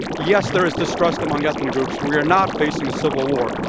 yes, there is the stress among ethnic groups. we are not facing a civil war.